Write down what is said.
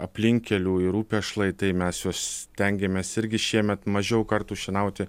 aplinkkelių ir upės šlaitai mes juos stengiamės irgi šiemet mažiau kartų šienauti